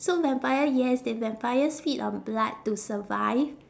so vampire yes the vampires feed on blood to survive